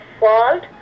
fault